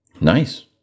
Nice